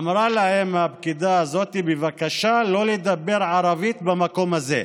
אמרה להן הפקידה הזו: בבקשה לא לדבר ערבית במקום הזה.